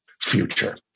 future